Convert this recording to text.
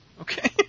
Okay